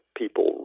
people